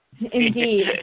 Indeed